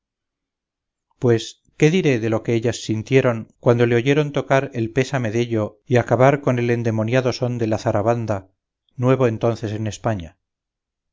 pues qué diré de lo que ellas sintieron cuando le oyeron tocar el pésame dello y acabar con el endemoniado son de la zarabanda nuevo entonces en españa